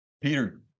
Peter